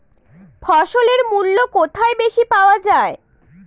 ফসলের মূল্য কোথায় বেশি পাওয়া যায়?